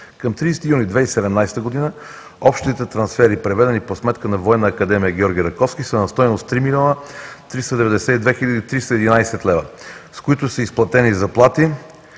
Към 30 юни 2017 г. общите трансфери, преведени по сметка на Военна академия „Георги Раковски“, са на стойност 3 млн. 392 хил. 311 лв., с които са изплатени заплати,